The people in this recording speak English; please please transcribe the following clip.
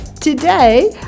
today